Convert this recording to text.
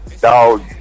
Dog